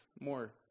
more